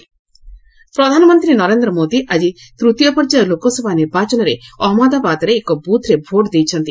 PM vote ପ୍ରଧାନମନ୍ତ୍ରୀ ନରେନ୍ଦ୍ର ମୋଦି ଆଜି ତୃତୀୟ ପର୍ଯ୍ୟାୟ ଲୋକସଭା ନିର୍ବାଚନରେ ଅହମ୍ମଦାବାଦରେ ଏକ ବୁଥ୍ରେ ଭୋଟ୍ ଦେଇଛନ୍ତି